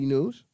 News